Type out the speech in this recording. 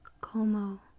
Como